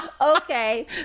Okay